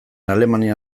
alemania